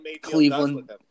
Cleveland